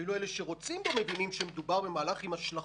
אפילו אלה שרוצים בו מבינים שמדובר במהלך עם השלכות.